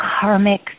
karmic